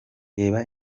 reba